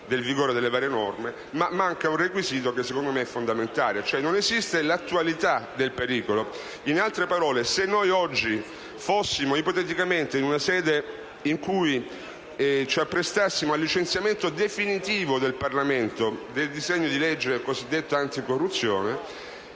del vigore delle varie norme, ma manca un requisito, secondo me, fondamentale. Non esiste l'attualità del pericolo. Se noi oggi fossimo ipoteticamente in una sede in cui ci apprestassimo al licenziamento definitivo da parte del Parlamento del disegno di legge cosiddetto anticorruzione